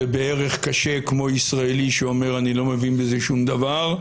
זה בערך קשה כמו ישראלי שאומר 'אני לא מבין בזה שום דבר'.